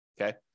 Okay